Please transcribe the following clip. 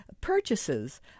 purchases